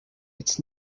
its